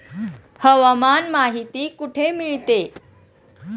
हवामान माहिती कुठे मिळते?